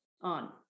on